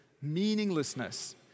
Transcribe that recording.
meaninglessness